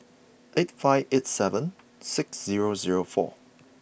eight five eight seven six zero zero four